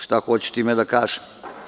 Šta hoću time da kažem?